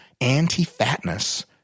Anti-fatness